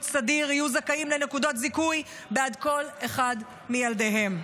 סדיר יהיו זכאים לנקודות זיכוי בעד כל אחד מילדיהם.